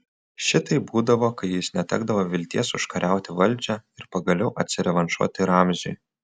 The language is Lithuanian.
šitaip būdavo kai jis netekdavo vilties užkariauti valdžią ir pagaliau atsirevanšuoti ramziui